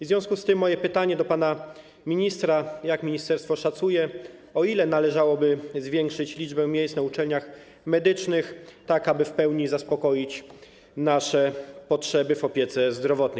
W związku z tym moje pytanie do pana ministra: Jak ministerstwo szacuje, o ile należałoby zwiększyć liczbę miejsc na uczelniach medycznych, tak aby w pełni zaspokoić nasze potrzeby w odniesieniu do opieki zdrowotnej?